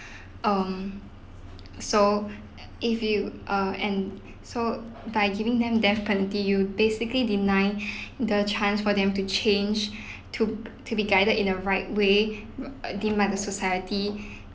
um so uh if you uh and so by giving them death penalty you basically deny the chance for them to change to to be guided in the right way uh deemed by the society